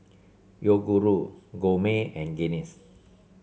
Yoguru Gourmet and Guinness